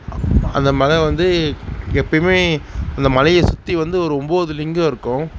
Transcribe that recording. அந்த மலை வந்து எப்பையும் அந்த மலையை சுற்றி வந்து ஒரு ஒன்போது லிங்கம் இருக்கும்